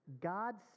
God's